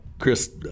Chris